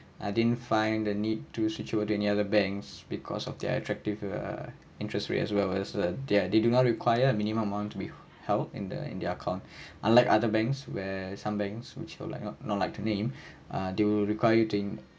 I didn't find the need to switch over to any other banks because of their attractive ah interest rate as well as uh their they do not require a minimum amount to be held in the in their account unlike other banks where some banks which like not like to name ah they will require you to